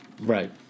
Right